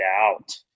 out